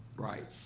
right.